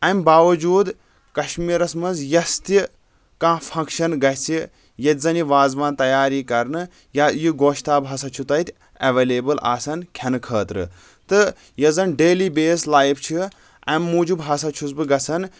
امہِ باوجوٗد کشمیرس منٛز یۄس تہِ کانہہ فنکشن گژھِ ییٚتہِ زَن یہِ وازوان تیار ییہِ کرنہٕ یا یہِ گۄشتاب ہسا چھِ تتہِ ایویلیبل آسان کھٮ۪نہٕ خٲطرٕ تہٕ یۄس زن ڈیلی بیس لایف چھ امہِ موجوٗب ہسا چھُس بہٕ گژھان